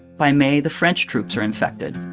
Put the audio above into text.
by may, the french troops are infected.